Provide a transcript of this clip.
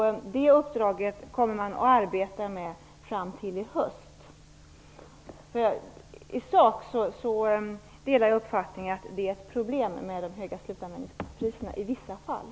Detta uppdrag kommer man att arbeta med fram till hösten. I sak delar jag uppfattningen att det är ett problem med de höga slutanvändarpriserna i vissa fall.